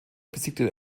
besiegte